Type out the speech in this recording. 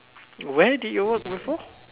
where did you work before